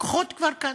הכוחות כבר כאן.